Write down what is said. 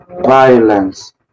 violence